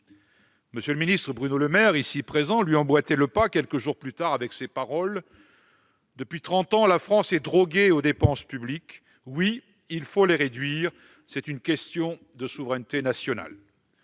M. le ministre Bruno Le Maire, ici présent, lui emboîtait le pas quelques jours plus tard avec ces paroles :« Depuis trente ans, la France est droguée aux dépenses publiques. Oui, il faut les réduire : c'est une question de souveraineté nationale.